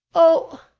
oh,